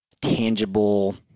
tangible